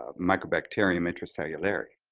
ah mycobacterium intracellulare.